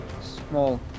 small